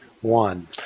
one